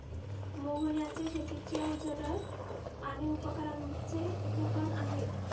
मोहन यांचे शेतीची अवजारे आणि उपकरणांचे दुकान आहे